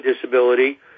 disability